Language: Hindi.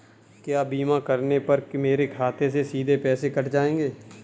क्या बीमा करने पर मेरे खाते से सीधे पैसे कट जाएंगे?